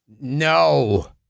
No